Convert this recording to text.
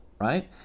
right